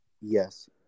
Yes